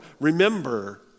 Remember